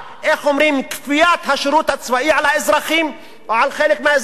כפיית השירות הצבאי על האזרחים או על חלק מהאזרחים.